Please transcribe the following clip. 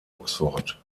oxford